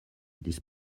this